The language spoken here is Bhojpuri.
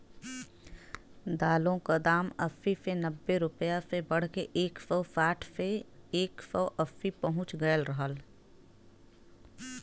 दालों क दाम अस्सी से नब्बे रुपया से बढ़के एक सौ साठ से एक सौ अस्सी पहुंच गयल रहल